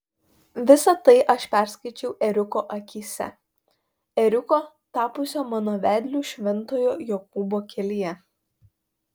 visa tai aš perskaičiau ėriuko akyse ėriuko tapusio mano vedliu šventojo jokūbo kelyje